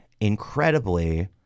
incredibly